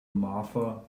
martha